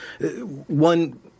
One